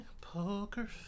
poker